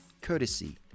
courtesy